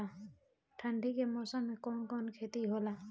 ठंडी के मौसम में कवन कवन खेती होला?